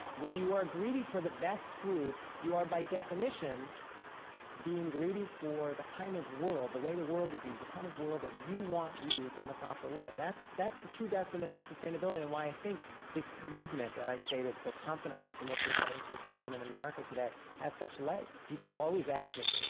when you are greedy for the best food, you are by definition being greedy for the kind of world, the way the world is used, the kind of world that you want used in the proper way. that's that's the true definition of sustainability and why i think this movement that i stated so confidently is the most exciting social movement in america today has such legs. people always ask me,